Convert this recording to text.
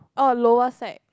orh lower sec